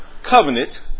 Covenant